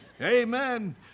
Amen